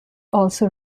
also